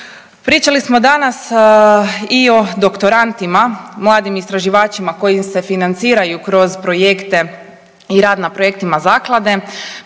Pričali smo danas i o doktorantima, mladim istraživačima kojim se financiraju kroz projekte i rad na projektima zaklade,